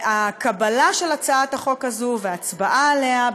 והקבלה של הצעת החוק הזו וההצבעה עליה,